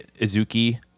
Izuki